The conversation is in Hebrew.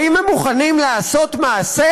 האם הם מוכנים לעשות מעשה,